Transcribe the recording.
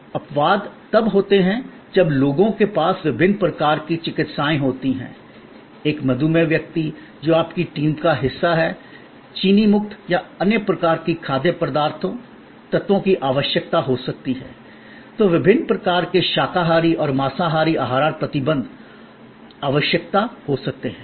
अपवाद तब होते हैं जब लोगों के पास विभिन्न प्रकार की चिकित्साएँ होती है एक मधुमेह व्यक्ति जो आपकी टीम का हिस्सा है चीनी मुक्त या अन्य प्रकार के खाद्य पदार्थों तत्वों की आवश्यकता हो सकती है तो विभिन्न प्रकार के शाकाहारी और मांसाहारी आहार प्रतिबंध आवश्यकता हो सकते हैं